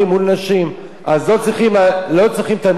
אז לא צריכים תמיד להרגיש מקופחות.